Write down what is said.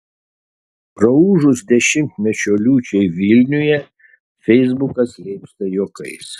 praūžus dešimtmečio liūčiai vilniuje feisbukas leipsta juokais